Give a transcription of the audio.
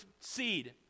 seed